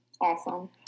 Awesome